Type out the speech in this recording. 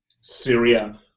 Syria